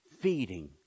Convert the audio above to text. feeding